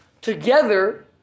together